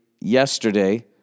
yesterday